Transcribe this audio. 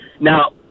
Now